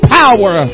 power